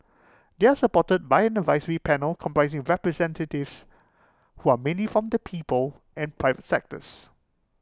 they are supported by an advisory panel comprising representatives who are mainly from the people and private sectors